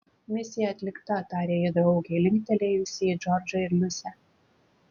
misija atlikta tarė ji draugei linktelėjusi į džordžą ir liusę